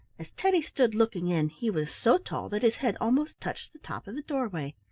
as teddy stood looking in he was so tall that his head almost touched the top of the doorway.